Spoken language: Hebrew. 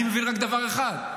אני מבין רק דבר אחד,